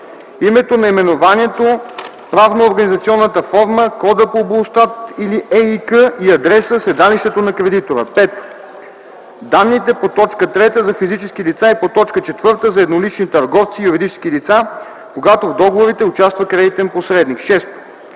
името/наименованието, правно-организационната форма, кода по БУЛСТАТ или ЕИК и адреса/седалището на кредитора; 5. данните по т. 3 за физически лица и по т. 4 за еднолични търговци и юридически лица – когато в договорите участва кредитен посредник; 6.